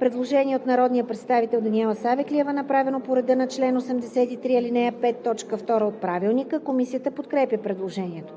Предложение от народния представител Даниела Савеклиева, направено по реда на чл. 83, ал. 5, т. 2 от Правилника. Комисията подкрепя предложението.